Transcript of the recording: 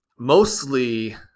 mostly